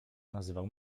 nazywał